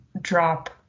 drop